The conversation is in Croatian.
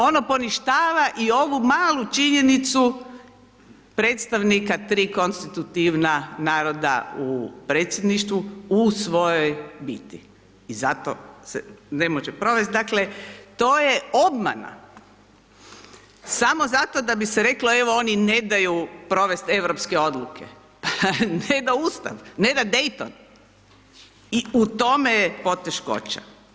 Ono poništava i ovu malu činjenicu predstavnika tri konstitutivna naroda u Predsjedništvu u svojoj biti i zato se ne može provest, dakle to je obmana samo zato da bi se reklo evo oni ne daju provest europske odluke, ne da Ustav, ne da Dayton i u tome je poteškoća.